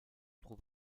trouve